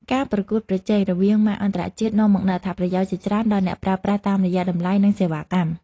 ការប្រកួតប្រជែងរវាងម៉ាកអន្តរជាតិនាំមកនូវអត្ថប្រយោជន៍ជាច្រើនដល់អ្នកប្រើប្រាស់តាមរយៈតម្លៃនិងសេវាកម្ម។